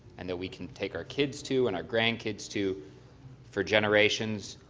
and that we can take our kids to and our grandkids to for generations,